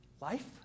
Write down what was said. life